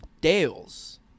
Dale's